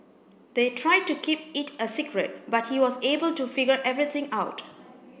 they tried to keep it a secret but he was able to figure everything out